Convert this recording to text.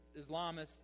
Islamists